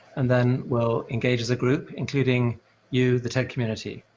and then we'll engage as a group, including you, the ted community.